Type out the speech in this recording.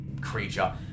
creature